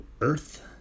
Earth